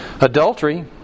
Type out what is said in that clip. Adultery